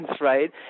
right